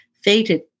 faded